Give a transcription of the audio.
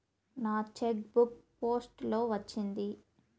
నా cheque book post లో వచ్చింది